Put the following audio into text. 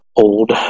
old